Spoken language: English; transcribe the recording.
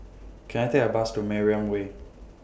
Can I Take A Bus to Mariam Way